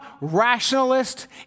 rationalist